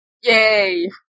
Yay